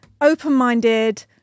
open-minded